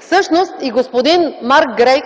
Всъщност и господин Марк Грей,